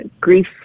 grief